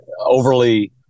overly